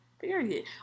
period